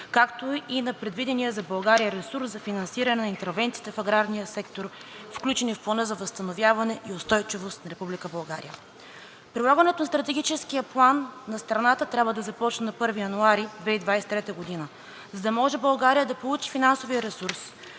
както и на предвидения за България ресурс за финансиране на интервенциите в аграрния сектор, включени в Плана за възстановяване и устойчивост на Република България. Прилагането на Стратегическия план на страната трябва да започне на 1 януари 2023 г. За да може България да получи финансовия ресурс,